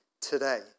today